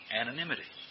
anonymity